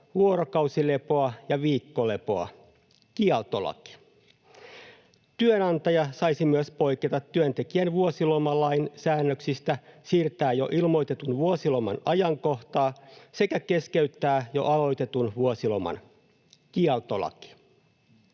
vuorokausilepoa ja viikkolepoa — kieltolaki. Työnantaja saisi myös poiketa työntekijän vuosilomalain säännöksistä, siirtää jo ilmoitetun vuosiloman ajankohtaa sekä keskeyttää jo aloitetun vuosiloman — kieltolaki.